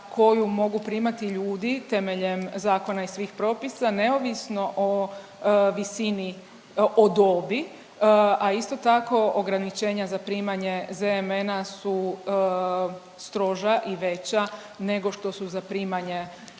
koju mogu primati ljudi temeljem zakona i svih propisa neovisno o visini, o dobi, a isto tako ograničenja za primanje ZMN-a su stroža i veća nego što su za primanje